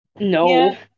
No